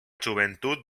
joventut